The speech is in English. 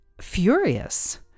furious